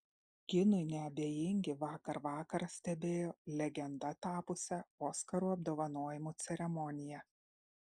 kinui neabejingi vakar vakarą stebėjo legenda tapusią oskarų apdovanojimų ceremoniją